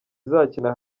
izakina